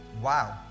Wow